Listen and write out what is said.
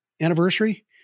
anniversary